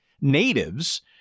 natives